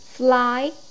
Fly